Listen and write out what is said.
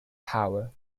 power